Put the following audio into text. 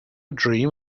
dream